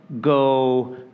go